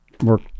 work